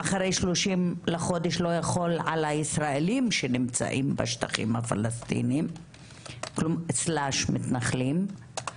אחרי 30 לחודש לא יכול על הישראלים שנמצאים בשטחים הפלסטינים / מתנחלים,